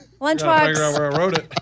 Lunchbox